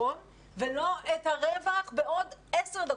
החיסכון ולא את הרווח בעוד עשר דקות.